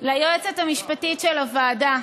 ליועצת המשפטית של הוועדה,